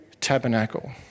tabernacle